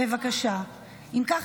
אם כך,